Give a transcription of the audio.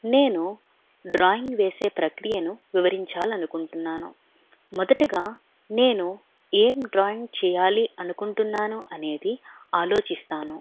నేను డ్రాయింగ్ వేసే ప్రక్రియను వివరించాలి అనుకుంటున్నాను మొదటిగా నేను ఏం డ్రాయింగ్ చేయాలి అనుకుంటున్నాను అనేది ఆలోచిస్తాను